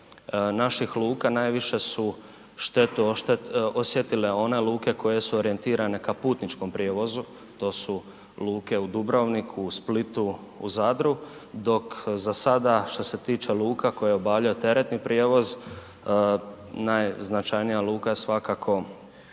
naših luka, najviše su štetu osjetile one luke koje su orijentirane ka putničkom prijevozu, to su luke u Dubrovniku, u Splitu, u Zadru dok za sada što se tiče luka koje obavljaju teretni prijevoz, najznačajnija luka je svakako Rijeka